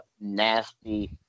nasty